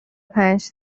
پنج